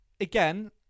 again